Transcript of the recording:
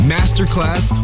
Masterclass